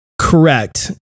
correct